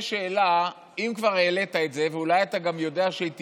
יש שאלה: אם כבר העלית את זה ואולי אתה גם יודע שהיא תיפול,